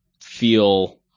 feel